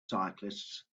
cyclists